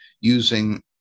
using